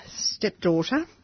stepdaughter